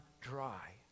dry